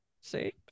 see